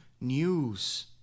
news